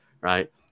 Right